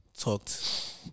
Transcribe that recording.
Talked